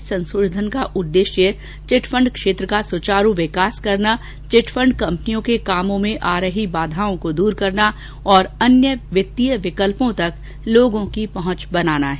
इस संशोधन का उद्देश्य चिट फंड क्षेत्र का सुचारू विकास करना चिट फंड कंपनियों के कामों में आ रही बाघाओं को दूर करना और अन्य वित्तीय विकल्पों तक लोगों की पहुंच बनाना है